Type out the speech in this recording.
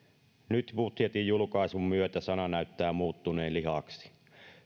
nyt budjetin julkaisun myötä sana näyttää muuttuneen lihaksi